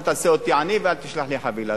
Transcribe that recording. אל תעשה אותי עני ואל תשלח לי חבילה,